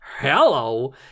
Hello